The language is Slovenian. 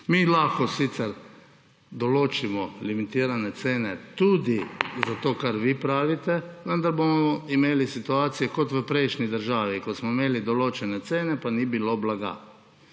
Mi lahko sicer določimo limitirane cene tudi za to, kar vi pravite, vendar bomo imeli situacije, kot v prejšnji državi, ko smo imeli določene cene, pa ni bilo blaga.